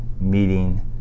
meeting